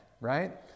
right